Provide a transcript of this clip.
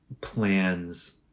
Plans